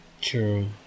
True